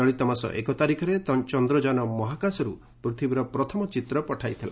ଚଳିତମାସ ପ୍ରଥମ ତାରିଖରେ ଚନ୍ଦ୍ରଯାନ ମହାକାଶରୁ ପୃଥିବୀର ପ୍ରଥମ ଚିତ୍ର ପଠାଇଥିଲା